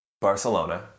Barcelona